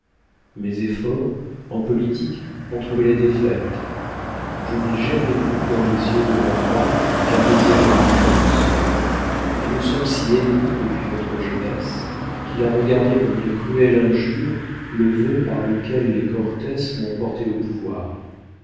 mes efforts en politique ont trouvé la défaite je n'ai jamais vu dans les yeux de mon roi qu'un désir de vengeance et nous sommes si ennemis depuis notre jeunesse qu'il a regardé comme une cruelle injure le vœu par lequel les cortès m'ont porté au pouvoir